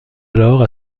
alors